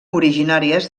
originàries